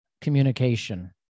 communication